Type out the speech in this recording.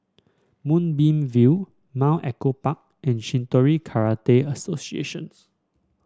Moonbeam View Mount Echo Park and Shitoryu Karate Associations